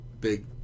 big